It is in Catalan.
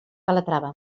calatrava